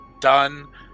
done